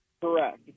Correct